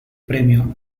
premio